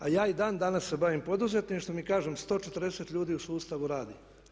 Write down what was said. A ja i dan danas se bavim poduzetništvom i kažem 140 ljudi u sustavu radi.